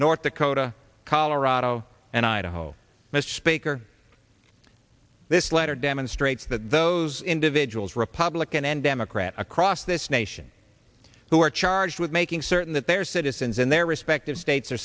north dakota colorado and idaho mr speaker this letter demonstrates that those individuals republican and democrat across this nation who are charged with making certain that their citizens in their respective states are